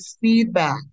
feedback